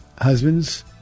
husbands